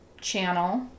channel